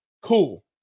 Cool